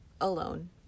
alone